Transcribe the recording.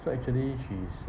so actually she is